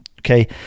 okay